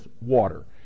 water